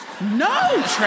No